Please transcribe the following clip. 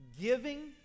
giving